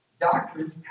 doctrines